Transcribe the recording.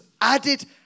added